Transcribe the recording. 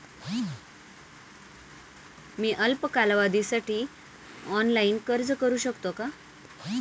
मी अल्प कालावधीसाठी ऑनलाइन अर्ज करू शकते का?